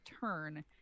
turn